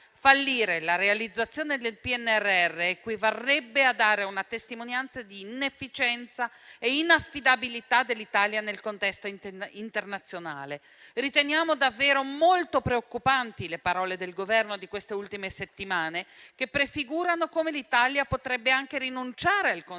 Fallire la realizzazione del PNRR equivarrebbe a dare una testimonianza di inefficienza e inaffidabilità dell'Italia nel contesto internazionale. Riteniamo davvero molto preoccupanti le parole del Governo delle ultime settimane, che prefigurano come l'Italia potrebbe anche rinunciare al conseguimento